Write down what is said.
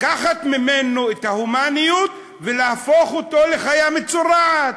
לקחת ממנו את ההומניות ולהפוך אותו לחיה מצורעת.